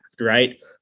Right